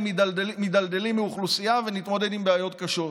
מידלדלים מאוכלוסייה ונתמודד עם בעיות קשות.